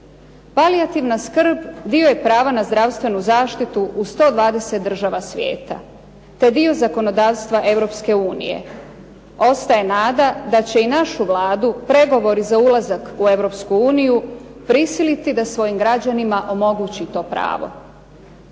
Palijativna skrb dio je prava na zdravstvenu zaštitu u 120 država svijeta, te dio zakonodavstva Europske unije. Ostaje nada da će i našu Vladu pregovori za ulazak u Europsku uniju prisiliti da svojim građanima omogući to pravo.